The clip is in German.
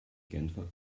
genfer